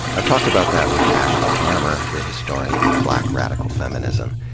i talked about that with ashley farmer, the historian of black radical feminism.